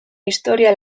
istorio